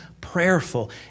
prayerful